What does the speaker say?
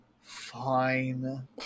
Fine